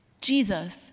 Jesus